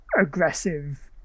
aggressive